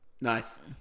Nice